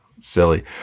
silly